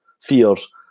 fears